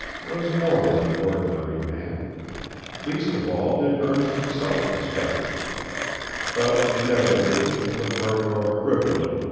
was more than an ordinary man least of all did ernest himself suspect it but, inevitably as the murmur of a rivulet,